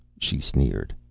she sneered.